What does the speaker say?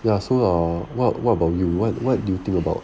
ya so err what what about you what what do you think about